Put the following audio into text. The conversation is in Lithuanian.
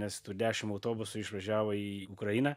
nes tų dešim autobusų išvažiavo į ukrainą